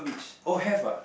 oh have ah